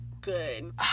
good